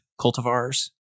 cultivars